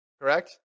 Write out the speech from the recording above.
Correct